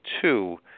two